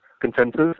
consensus